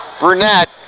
Burnett